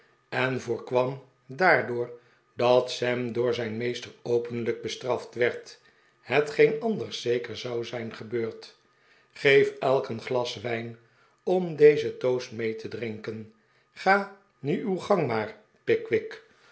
en voorkwam daardoor dat sam door zijn meester openlijk bestraft werd hetgeen anders zeker zou zijn gebeurd geef elk eeh glas wijn om dezen toast mee te drinken ga nu uw gang maar